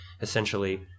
essentially